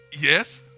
Yes